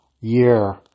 year